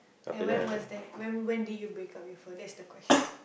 and when was that when did you break up with her that's the question